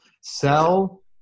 Sell –